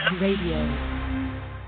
Radio